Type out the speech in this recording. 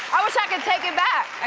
i wish i could take it back. i